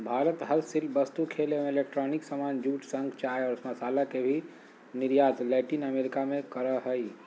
भारत हस्तशिल्प वस्तु, खेल एवं इलेक्ट्रॉनिक सामान, जूट, शंख, चाय और मसाला के भी निर्यात लैटिन अमेरिका मे करअ हय